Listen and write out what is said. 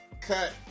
Cut